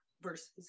versus